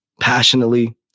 passionately